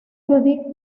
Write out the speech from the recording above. judith